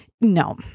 no